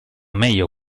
meglio